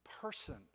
person